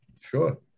sure